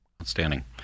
Outstanding